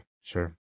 sure